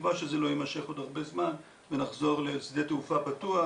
בתקווה שזה לא ימשך עוד הרבה זמן ונחזור לשדה תעופה פתוח